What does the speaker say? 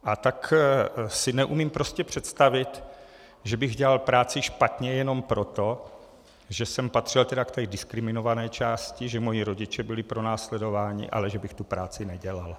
A tak si neumím prostě představit, že bych dělal práci špatně jenom proto, že jsem patřil k diskriminované části, že moji rodiče byli pronásledováni, ale že bych tu práci nedělal.